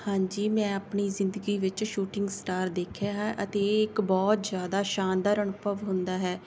ਹਾਂਜੀ ਮੈਂ ਆਪਣੀ ਜ਼ਿੰਦਗੀ ਵਿੱਚ ਸ਼ੂਟਿੰਗ ਸਟਾਰ ਦੇਖਿਆ ਹੈ ਅਤੇ ਇਹ ਇੱਕ ਬਹੁਤ ਜ਼ਿਆਦਾ ਸ਼ਾਨਦਾਰ ਅਨੁਭਵ ਹੁੰਦਾ ਹੈ